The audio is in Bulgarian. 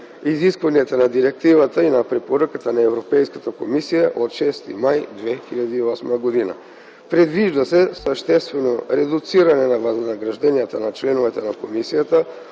изискванията на Директивата и на Препоръката на Европейската комисия от 6 май 2008 г. Предвижда се съществено редуциране на възнагражденията на членовете на комисията